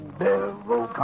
devil